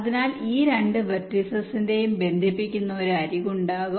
അതിനാൽ ഈ രണ്ട് വെർടിസിസിന്റെയും ബന്ധിപ്പിക്കുന്ന ഒരു അരികുണ്ടാകും